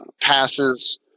passes